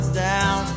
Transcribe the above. down